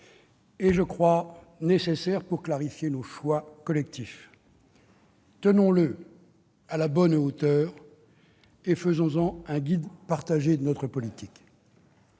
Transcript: est, je crois, nécessaire pour clarifier nos choix collectifs. Tenons-le à la bonne hauteur et faisons-en un guide partagé de notre politique